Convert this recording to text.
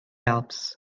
alps